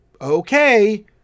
Okay